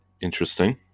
Interesting